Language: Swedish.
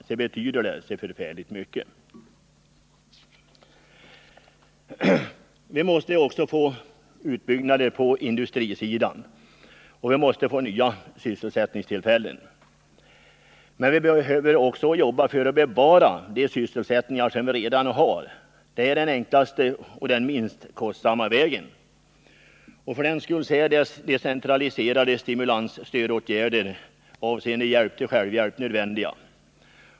Vi måste också få till stånd en utbyggnad på industrisidan så att vi får nya sysselsättningstillfällen. Men vi måste också arbeta för att bevara de sysselsättningar som vi redan har. Det är den enklaste och den minst kostsamma vägen. För den skull är decentraliserade stimulansåtgärder avseende hjälp till självhjälp nödvändiga.